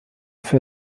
für